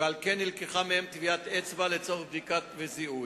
ועל כן נלקחה מהם טביעת אצבע לצורך בדיקה וזיהוי.